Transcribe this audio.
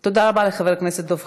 תודה רבה לחבר הכנסת דב חנין.